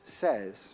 says